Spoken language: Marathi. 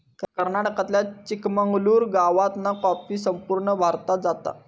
कर्नाटकातल्या चिकमंगलूर गावातना कॉफी संपूर्ण भारतात जाता